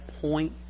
point